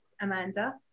Amanda